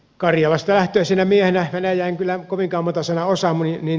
karjala lähtöisenä miehenä venäjää en kyllä kovinkaan montaa sanaa osaa